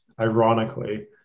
ironically